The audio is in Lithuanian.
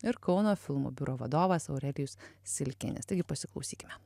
ir kauno filmų biuro vadovas aurelijus silkinis taigi pasiklausykime